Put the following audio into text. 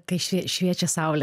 kai švie šviečia saulė